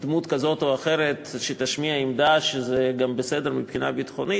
דמות כזאת או אחרת שתשמיע עמדה שזה גם בסדר מבחינה ביטחונית.